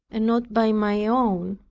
and not by my own.